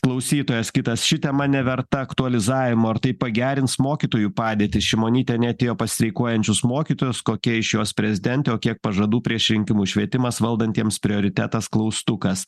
klausytojas kitas ši tema neverta aktualizavimo ar tai pagerins mokytojų padėtį šimonytė neatėjo pas streikuojančius mokytojus kokia iš jos prezidentė o kiek pažadų prieš rinkimus švietimas valdantiems prioritetas klaustukas